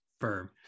Firm